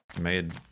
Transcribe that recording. made